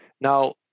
Now